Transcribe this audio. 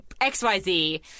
XYZ